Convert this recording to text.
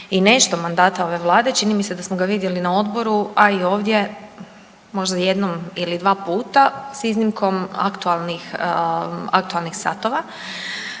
i nešto mandata ove vlade čini mi se da smo ga vidjeli na odboru, a i ovdje možda jednom ili dva put s iznimkom aktualni,